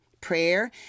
prayer